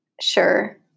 Sure